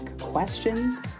questions